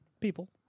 People